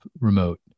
remote